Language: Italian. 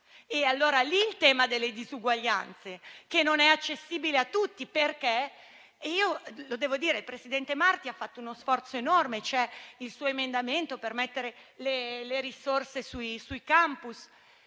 Allora è lì il tema delle disuguaglianze, che non è accessibile a tutti. Devo riconoscere che il presidente Marti ha fatto uno sforzo enorme, con il suo emendamento, per mettere le risorse sui *campus*.